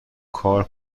کار